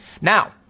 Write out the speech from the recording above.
Now